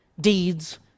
deeds